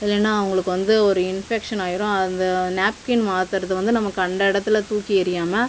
இல்லைனா அவங்களுக்கு வந்து ஒரு இன்ஃபெக்ஷன் ஆயிரும் அந்த நாப்கின் மாத்துறது வந்து நம்ம கண்ட இடத்துல தூக்கி எறியாமல்